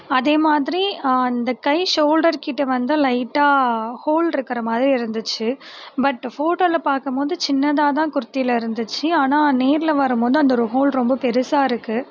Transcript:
அதே மாதிரி இந்த கை ஷோல்டர் கிட்ட வந்தும் லைட்டாக ஹோல்ருக்குற மாதிரி இருந்துச்சு பட் ஃபோட்டோல பார்க்கும்போது சின்னதாக தான் குர்த்தில இருந்துச்சு ஆனால் நேரில் வரும்போது அந்த ஒரு ஹோல் ரொம்ப பெருசாக இருக்குது